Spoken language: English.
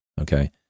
okay